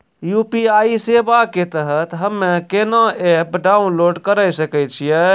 UPI सेवा के तहत हम्मे केना एप्प डाउनलोड करे सकय छियै?